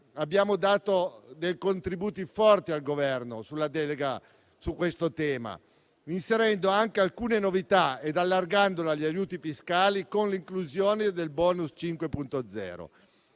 abbiamo dato dei contributi forti al Governo per quanto riguarda la delega su questo tema, inserendo alcune novità e allargando agli aiuti fiscali, con l'inclusione del bonus 5.0.